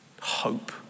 hope